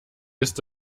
ist